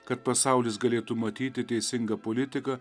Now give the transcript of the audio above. kad pasaulis galėtų matyti teisingą politiką